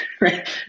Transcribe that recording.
right